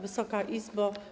Wysoka Izbo!